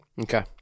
Okay